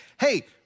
hey